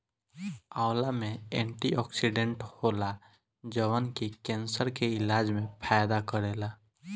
आंवला में एंटीओक्सिडेंट होला जवन की केंसर के इलाज में फायदा करेला